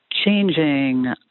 changing